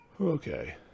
Okay